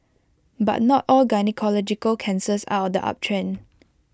but not all gynaecological cancers are on the uptrend